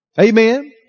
Amen